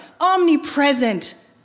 omnipresent